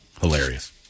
Hilarious